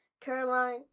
Caroline